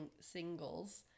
singles